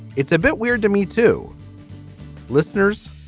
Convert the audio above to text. it's a bit weird to me, to listeners.